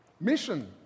Mission